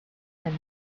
and